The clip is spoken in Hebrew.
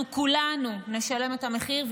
אנחנו כולנו נשלם את המחיר,